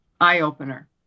eye-opener